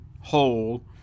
hole